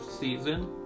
season